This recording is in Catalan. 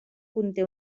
conté